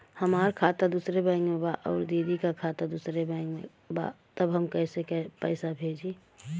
हमार खाता दूसरे बैंक में बा अउर दीदी का खाता दूसरे बैंक में बा तब हम कैसे पैसा भेजी?